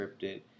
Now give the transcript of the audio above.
scripted